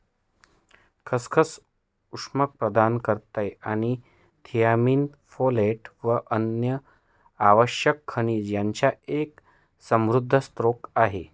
खसखस उष्मांक प्रदान करते आणि थियामीन, फोलेट व अन्य आवश्यक खनिज यांचा एक समृद्ध स्त्रोत आहे